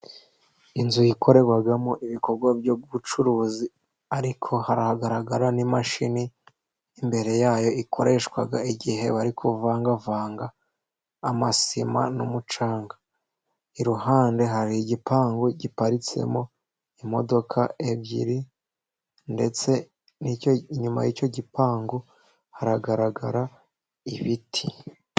Inzu ikorerwamo ibikorwa by'ubucuruzi, ariko haragaragara n'imashini imbere yayo, ikoreshwa igihe barikuvangavanga amasima n'umucanga, iruhande hari igipangu giparitsemo imodoka ebyiri ndetse inyuma y'icyo gipangu haragaragara ibiti.